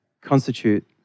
constitute